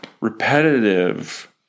repetitive